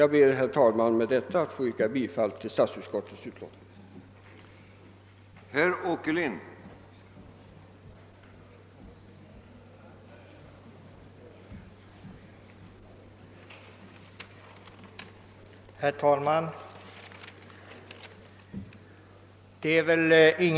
Jag ber, herr talman, med detta att få yrka bifall till statsutskottets utlåtande nr 84.